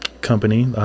company